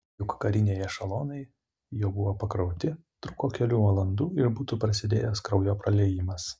juk kariniai ešelonai jau buvo pakrauti trūko kelių valandų ir būtų prasidėjęs kraujo praliejimas